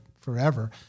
forever